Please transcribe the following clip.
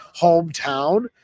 hometown